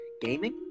gaming